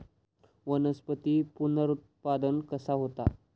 वनस्पतीत पुनरुत्पादन कसा होता?